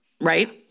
Right